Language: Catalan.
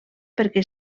perquè